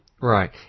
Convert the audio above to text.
Right